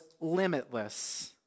limitless